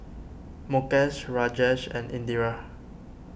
Mukesh Rajesh and Indira